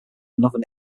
another